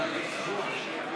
נא